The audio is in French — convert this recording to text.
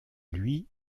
lui